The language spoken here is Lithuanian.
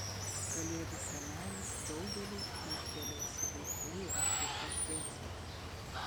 kalėdų senelis daugeliui ūgtelėjusių vaikų yra tikras džiaugsmas